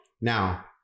Now